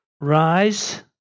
Rise